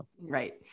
Right